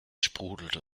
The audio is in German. sprudelte